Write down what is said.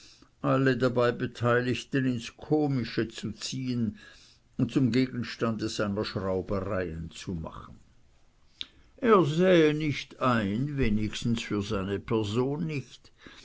alle dabei beteiligten ins komische zu ziehen und zum gegenstande seiner schraubereien zu machen er sähe nicht ein wenigstens für seine person nicht